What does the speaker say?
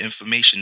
information